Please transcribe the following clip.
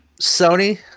Sony